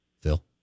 Phil